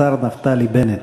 השר נפתלי בנט.